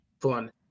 fun